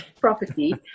property